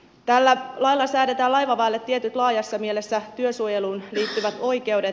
tällä lailla säädetään laivaväelle tietyt laajassa mielessä työsuojeluun liittyvät oikeudet